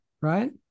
right